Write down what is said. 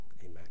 Amen